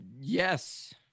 Yes